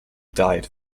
died